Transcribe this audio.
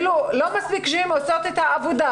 לא מספיק שהן עושות את העבודה,